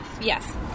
Yes